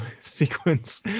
sequence